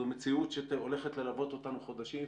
זו מציאות שהולכת ללוות אותנו חודשים.